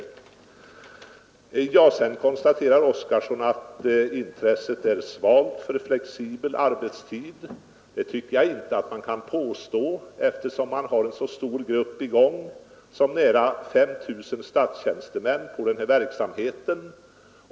Herr Oskarson i Halmstad konstaterar så, att arbetsgivarintresset är svalt för flexibel arbetstid. Det tycker jag inte man kan påstå, eftersom en så stor grupp som nära 5 000 statstjänstemän omfattas av den här verksamheten.